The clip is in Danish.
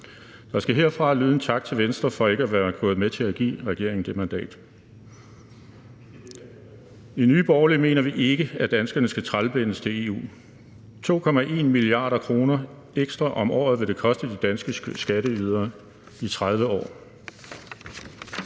Der skal herfra lyde en tak til Venstre for ikke at være gået med til at give regeringen det mandat. I Nye Borgerlige mener vi ikke, at danskerne skal trælbindes til EU. 2,5 mia. kr. ekstra om året vil det koste de danske skatteydere i 30 år.